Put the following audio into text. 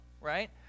right